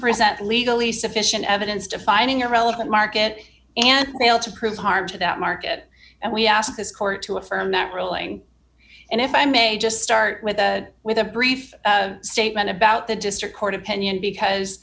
present legally sufficient evidence defining a relevant market and failed to prove harm to that market and we asked this court to affirm that ruling and if i may just start with with a brief statement about the district court opinion because